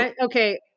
Okay